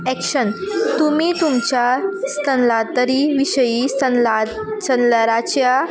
action तुमी तुमच्या स्थंलात्तरी विशयीं स्थंलात सल्लराच्या